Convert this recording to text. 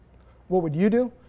what would you do